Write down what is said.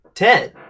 Ten